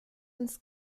ins